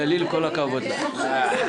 הגענו לפשרה,